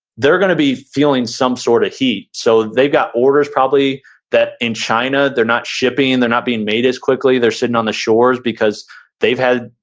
they're gonna be feeling some sort of heat. so they've got orders probably that in china, they're not shipping, they're not being made as quickly, they're sitting on the shores because they've had,